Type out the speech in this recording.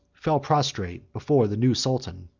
fell prostrate before the new sultan.